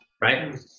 right